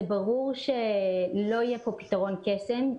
זה ברור שלא יהיה פתרון קסם.